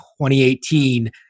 2018